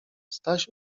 staś